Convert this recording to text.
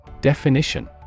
Definition